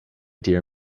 dear